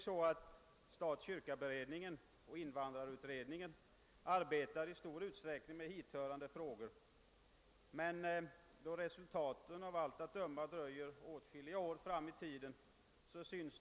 Stat—kyrka-beredningen och invandrarutredningen arbetar i stor utsträckning med hithörande frågor, men av allt att döma dröjer det åtskilliga år fram i tiden innan de kan presentera sina resultat.